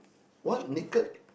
what naked